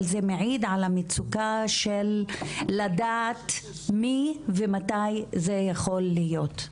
אבל זה מעיד על המצוקה של לדעת מי ומתי זה יכול להיות,